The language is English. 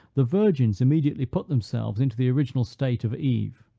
the virgins immediately put themselves into the original state of eve.